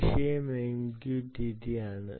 വിഷയം MQTT ആണ്